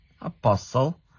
apostle